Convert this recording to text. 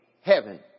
heaven